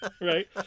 Right